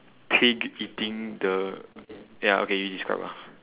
pig eating the ya okay you describe lah